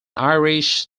irish